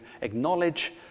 acknowledge